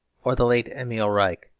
or the late emil reich.